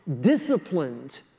disciplined